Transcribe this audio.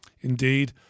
Indeed